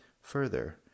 Further